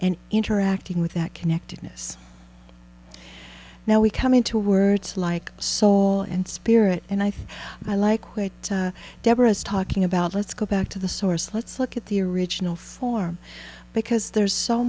and interacting with that connectedness now we come into words like saw and spirit and i think i like quite deborah's talking about let's go back to the source let's look at the original form because